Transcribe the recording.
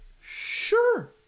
Sure